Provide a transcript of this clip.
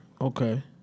Okay